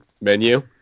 menu